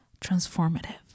transformative